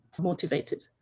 motivated